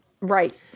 Right